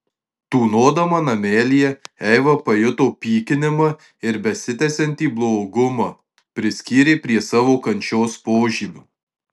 tūnodama namelyje eiva pajuto pykinimą ir besitęsiantį blogumą priskyrė prie savo kančios požymių